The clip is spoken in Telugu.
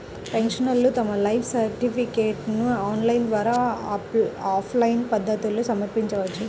పెన్షనర్లు తమ లైఫ్ సర్టిఫికేట్ను ఆన్లైన్ లేదా ఆఫ్లైన్ పద్ధతుల్లో సమర్పించవచ్చు